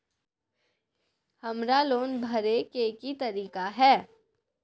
हमरा लोन भरे के की तरीका है?